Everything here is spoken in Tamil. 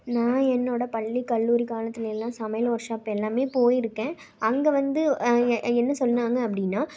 நான் என்னோடய பள்ளி கல்லூரி காலத்திலயெல்லாம் சமையல் வொர்ஷாப் எல்லாமே போயிருக்கேன் அங்கே வந்து என்ன சொன்னாங்க அப்படின்னா